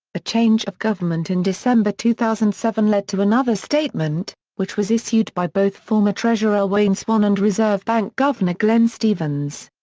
a change of government in december two thousand and seven led to another statement, which was issued by both former treasurer wayne swan and reserve bank governor glenn stevens.